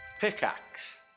Pickaxe